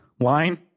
wine